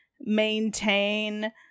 maintain